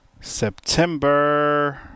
September